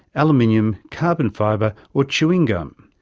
aluminium, carbon fibre or chewing gum.